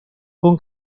con